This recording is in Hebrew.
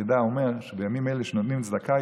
החיד"א אומר שבימים אלה כשנותנים צדקה,